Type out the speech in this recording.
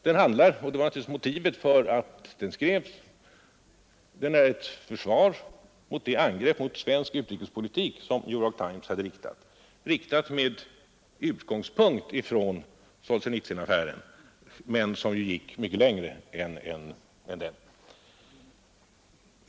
Den är — och det är naturligtvis motivet för att den skrevs — ett försvar mot det angrepp mot svensk utrikespolitik som New York Times hade riktat med utgångspunkt från Solsjenitsynaffären men som ju gick mycket längre än den.